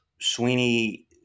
Sweeney